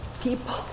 people